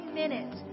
minute